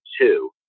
two